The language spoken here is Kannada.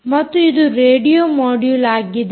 ಮತ್ತು ಇದು ರೇಡಿಯೊ ಮೊಡ್ಯುಲ್ ಆಗಿದೆ